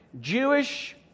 Jewish